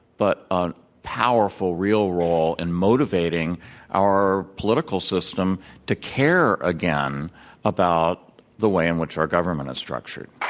but a powerful real role in motivating our political system to care again about the way in which our government is structured.